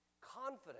confident